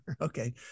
Okay